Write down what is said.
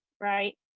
right